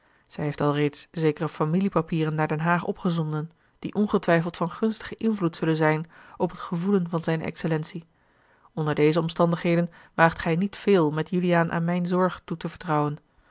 zij heeft alreeds zekere familiepapieren naar den haag opgezonden die ongetwijfeld van gunstigen invloed zullen zijn op het gevoelen van zijne excellentie onder deze omstandigheden waagt gij niet veel met juliaan aan mijne zorge toe te vertrouwen